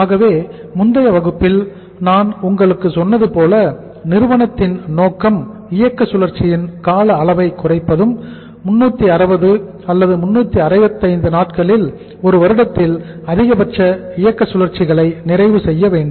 ஆகவே முந்தைய வகுப்பில் நான் உங்களுக்கு சொன்னது போல நிறுவனத்தின் நோக்கம் இயக்க சுழற்சியின் கால அளவை குறைப்பதும் 360 அல்லது 365 நாட்களில் ஒரு வருடத்தில் அதிகபட்ச இயக்க சுழற்சிகளை நிறைவு செய்ய வேண்டும்